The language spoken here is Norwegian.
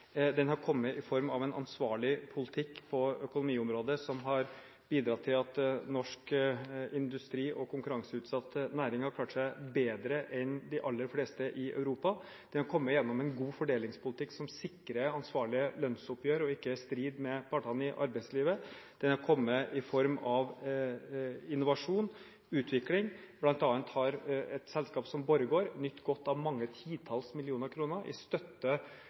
Den har kommet i form av en ansvarlig politikk på økonomiområdet, som har bidratt til at norsk industri og konkurranseutsatte næringer har klart seg bedre enn de aller fleste i Europa. Den har kommet gjennom en god fordelingspolitikk som sikrer ansvarlige lønnsoppgjør og ikke er i strid med partene i arbeidslivet. Den har kommet i form av innovasjon og utvikling. Blant annet har et selskap som Borregaard nytt godt av mange titalls millioner kroner i støtte